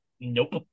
Nope